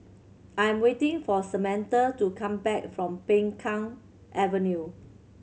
I'm waiting for Samantha to come back from Peng Kang Avenue